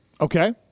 Okay